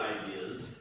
ideas